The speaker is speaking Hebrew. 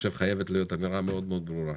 חייבת להיות הגדרה מאוד מאוד ברורה.